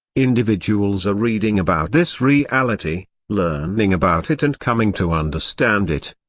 individuals are reading about this reality, learning about it and coming to understand it.